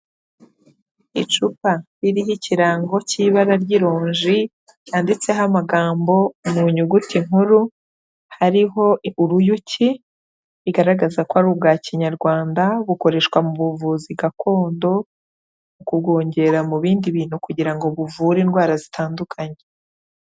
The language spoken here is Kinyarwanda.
Icupa ririho ikirango cy'ibara ry'ironji, ryanditseho amagambo mu nyuguti nkuru, hariho uruyuki bigaragaza ko ari ubwa Kinyarwanda bukoreshwa mu buvuzi gakondo mu kurwongera mu bindi bintu kugira ngo buvure indwara zitandukanye.